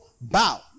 bow